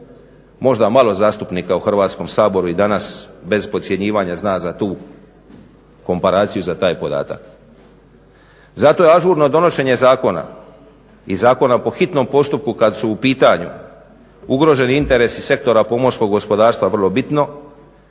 Možda malo zastupnika u Hrvatskom saboru i danas bez podcjenjivanja zna za tu komparaciju i za taj podatak. Zato je ažurno donošenje zakona i zakona po hitnom postupku kad su u pitanju ugroženi interesi sektora pomorskog gospodarstva vrlo bitno